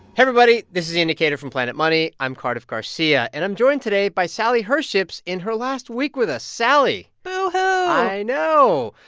everybody. this is the indicator from planet money. i'm cardiff garcia. and i'm joined today by sally herships in her last week with us. sally. boohoo ah i know.